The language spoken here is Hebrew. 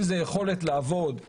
יכולת לעבוד,